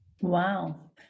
Wow